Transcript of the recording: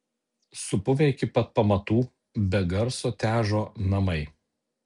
supuvę iki pat pamatų be garso težo namai